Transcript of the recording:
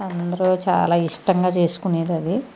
అందరూ చాలా ఇష్టంగా చేసుకునేదది